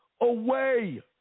away